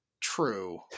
true